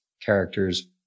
characters